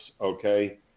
okay